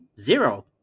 zero